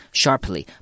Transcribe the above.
sharply